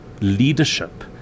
leadership